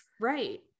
right